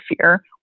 fear